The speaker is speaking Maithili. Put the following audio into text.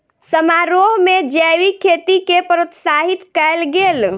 समारोह में जैविक खेती के प्रोत्साहित कयल गेल